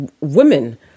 women